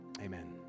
amen